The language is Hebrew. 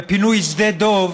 ופינוי שדה דב